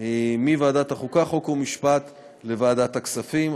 מוועדת החוקה, חוק ומשפט לוועדת הכספים.